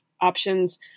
options